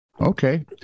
Okay